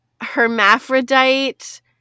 hermaphrodite